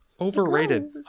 overrated